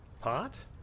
Pot